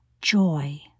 joy